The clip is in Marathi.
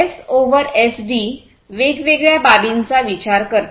एस ओव्हर एसडी वेगवेगळ्या बाबींचा विचार करते